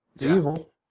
Evil